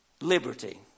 Liberty